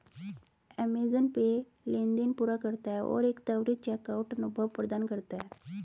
Amazon pay लेनदेन पूरा करता है और एक त्वरित चेकआउट अनुभव प्रदान करता है